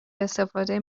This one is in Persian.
استفاده